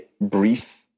brief